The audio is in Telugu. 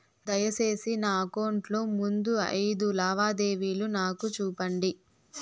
దయసేసి నా అకౌంట్ లో ముందు అయిదు లావాదేవీలు నాకు చూపండి